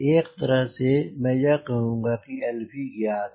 एक तरह से मैं यह कहूँगा कि lv ज्ञात है